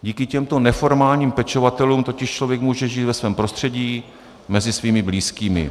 Díky těmto neformálním pečovatelům totiž člověk může žít ve svém prostředí, mezi svými blízkými.